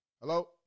Hello